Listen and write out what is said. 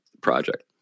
project